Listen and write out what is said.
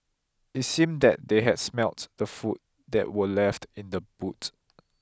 it seemed that they had smelt the food that were left in the boot